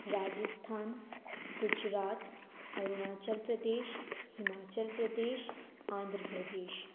Rajasthan Gujarat Arunachal Pradesh Himachal Pradesh Andhra Pradesh